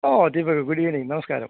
ആ Deepak good evening നമസ്കാരം